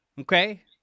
okay